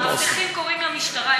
המאבטחים קוראים למשטרה,